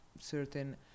certain